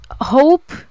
hope